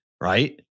Right